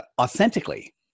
authentically